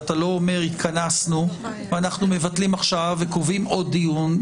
אתה לא אומר: התכנסנו ואנחנו מבטלים עכשיו וקובעים עוד דיון.